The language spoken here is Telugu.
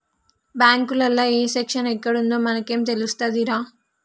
బాంకులల్ల ఏ సెక్షను ఎక్కడుందో మనకేం తెలుస్తదిరా